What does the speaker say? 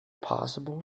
possible